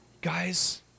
guys